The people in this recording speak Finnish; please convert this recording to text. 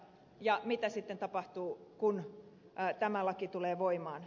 ja mitä sitten tapahtuu kun tämä laki tulee voimaan